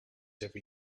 every